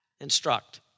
instruct